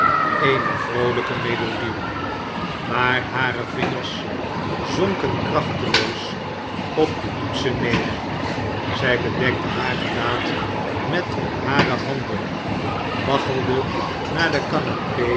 eene vroolijke melodie maar hare vingers zonken krachteloos op de toetsen neder zij bedekte haar gelaat met hare handen waggelde naar de